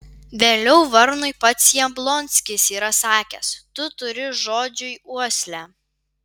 vėliau varnui pats jablonskis yra sakęs tu turi žodžiui uoslę